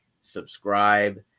subscribe